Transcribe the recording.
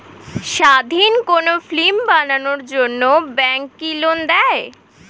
স্বাধীন কোনো ফিল্ম বানানোর জন্য ব্যাঙ্ক কি লোন দেয়?